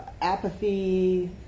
apathy